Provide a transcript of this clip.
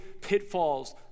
pitfalls